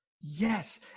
Yes